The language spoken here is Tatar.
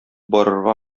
барырга